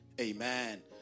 Amen